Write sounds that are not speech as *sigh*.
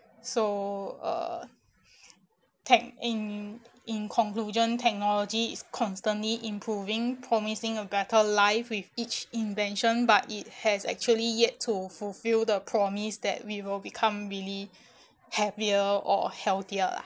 so uh tech~ in in conclusion technology is constantly improving promising a better life with each invention but it has actually yet to fulfil the promise that we will become really *breath* happier or healthier lah